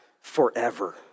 forever